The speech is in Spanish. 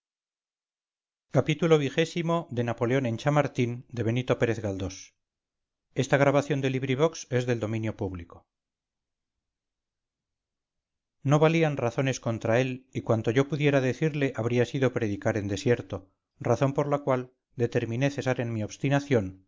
xxvii xxviii xxix napoleón en chamartín de benito pérez galdós no valían razones contra él y cuanto yo pudiera decirle habría sido predicar en desierto razón por la cual determiné cesar en mi obstinación